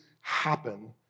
happen